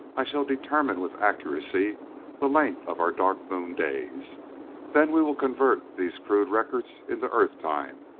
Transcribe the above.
i shall determine with accuracy the length of our dark moon days then we will convert these crude records into earth time.